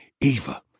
Eva